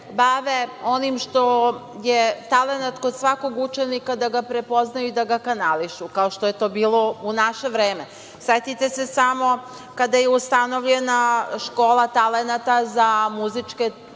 bave onim što je talenat kod svakog učenika, da ga prepoznaju, da ga kanališu. Tako je bilo u naše vreme. Setite se samo kada je ustanovljena škola talenata za muzičke